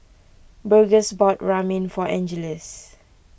Burgess bought Ramen for Angeles